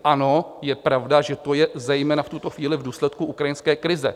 Ano, je pravda, že to je zejména v tuto chvíli v důsledku ukrajinské krize.